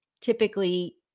typically